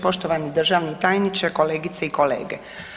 Poštovani državni tajniče, kolegice i kolege.